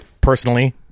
personally